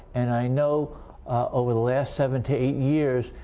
and i know over the last seven to eight years,